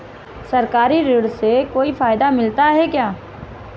सरकारी ऋण से कोई फायदा मिलता है क्या?